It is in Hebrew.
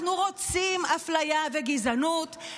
אנחנו רוצים אפליה וגזענות.